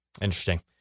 Interesting